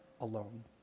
alone